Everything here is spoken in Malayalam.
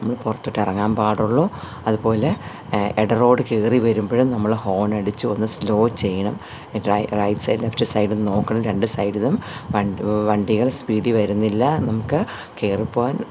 നമ്മള് പൊറത്തോട്ടെറങ്ങാ പാടുള്ളു അതുപോലെ എട റോഡ് കേറിവരുമ്പഴും നമ്മള് ഹോൺ അടിച്ച് ഒന്ന് സ്ലോ ചെയ്യണം റൈ റൈറ്റ്സൈ ഡും ലെഫ്റ്റ്സൈ ഡും നോക്കണം രണ്ടുസൈഡിലും വണ്ടി വണ്ടികൾ സ്പീഡി വരുന്നില്ല നമുക്ക് കേറിപ്പോകാൻ